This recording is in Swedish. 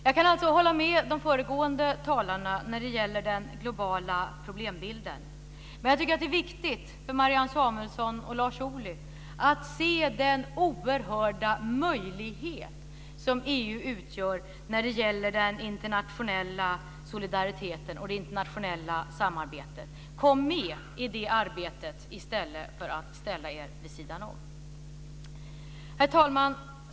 Jag kan alltså hålla med de föregående talarna när det gäller den globala problembilden. Men jag tycker att det är viktigt för Marianne Samuelsson och Lars Ohly att se den oerhörda möjlighet som EU utgör när det gäller den internationella solidariteten och det internationella samarbetet. Kom med i det arbetet i stället för att ställa er vid sidan om! Herr talman!